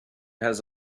has